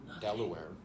Delaware